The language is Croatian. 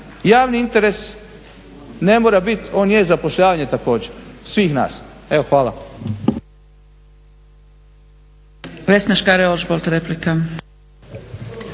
javni interes ne mora bit, on je zapošljavanje također svih nas. Evo hvala.